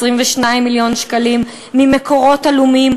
22 מיליון שקלים ממקורות עלומים,